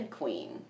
queen